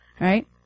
right